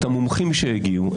את המומחים שהגיעו,